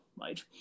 right